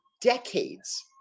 decades